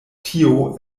tio